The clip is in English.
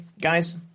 guys